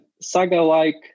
Saga-like